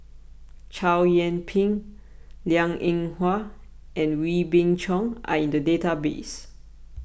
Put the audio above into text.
Chow Yian Ping Liang Eng Hwa and Wee Beng Chong are in the database